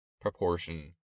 proportion